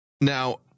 Now